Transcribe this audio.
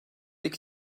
iki